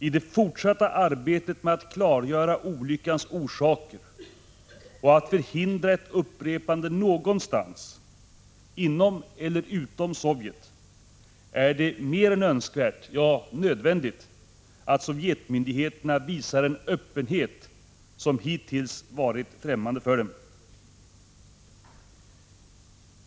I det fortsatta arbetet med att klargöra olyckans orsaker och att förhindra ett upprepande någonstans — inom eller utanför Sovjet — är det mer än önskvärt, ja nödvändigt, att Sovjetmyndighe terna visar en öppenhet som hittills varit främmande för dem.